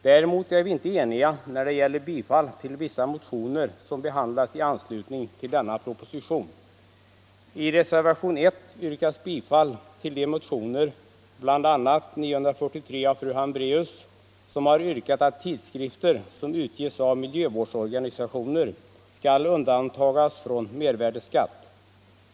Däremot är vi inte eniga när det gäller vissa motioner som behandlas i anslutning till denna proposition. I reservationen 1 yrkas bifall till de motioner — bl.a. nr 943 av fru Hambraeus — som innebär att tidskrifter som utges av miljövårdsorganisationer skall undantas från mervärdeskatt.